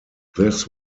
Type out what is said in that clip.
this